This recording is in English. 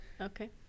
Okay